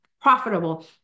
profitable